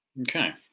Okay